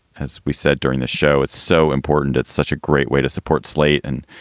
as we said during the show, it's so important. it's such a great way to support slate and